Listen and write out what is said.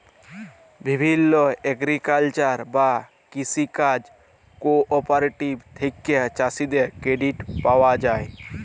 বিভিল্য এগ্রিকালচারাল বা কৃষি কাজ কোঅপারেটিভ থেক্যে চাষীদের ক্রেডিট পায়া যায়